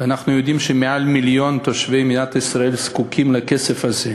ואנחנו יודעים שיותר ממיליון תושבי מדינת ישראל זקוקים לכסף הזה,